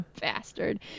bastard